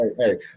hey